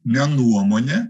ne nuomonė